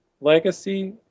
legacy